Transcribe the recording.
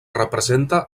representa